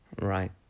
Right